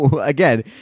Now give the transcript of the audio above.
Again